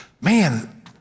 man